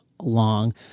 long